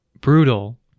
brutal